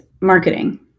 marketing